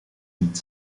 niet